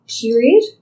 period